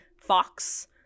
Fox